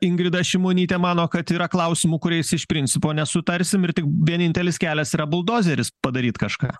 ingrida šimonytė mano kad yra klausimų kuriais iš principo nesutarsim ir tik vienintelis kelias yra buldozeris padaryt kažką